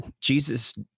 Jesus